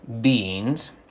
beings